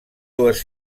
dues